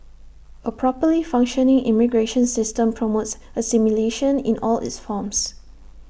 A properly functioning immigration system promotes assimilation in all its forms